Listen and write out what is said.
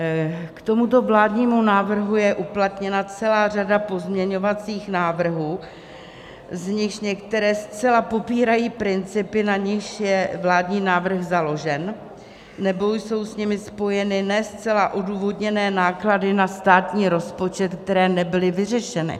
K tomuto vládnímu návrhu je uplatněna celá řada pozměňovacích návrhů, z nichž některé zcela popírají principy, na nichž je vládní návrh založen, nebo jsou s nimi spojeny ne zcela odůvodněné náklady na státní rozpočet, které nebyly vyřešeny.